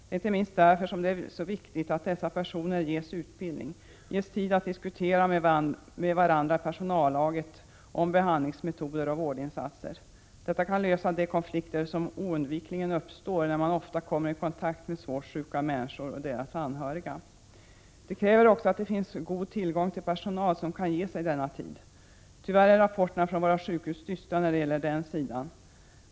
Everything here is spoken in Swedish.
Det är inte minst därför som det är så viktigt att sjukvårdspersonalen ges utbildning och ges tid att diskutera inom personallaget om behandlingsmetoder och vårdinsatser. Detta kan lösa de konflikter som oundvikligen uppstår, när man ofta kommer i kontakt med svårt sjuka människor och deras anhöriga. Det kräver också att det finns god tillgång till personal som kan ge sig denna tid. Tyvärr är rapporterna från våra sjukhus dystra när det gäller den sidan.